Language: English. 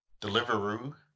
Deliveroo